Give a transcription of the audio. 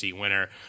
winner